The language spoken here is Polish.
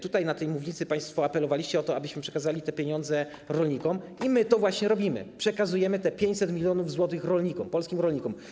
Tutaj, z tej mównicy państwo apelowaliście o to, abyśmy przekazali te pieniądze rolnikom, i my to właśnie robimy: przekazujemy tych 500 mln zł polskim rolnikom.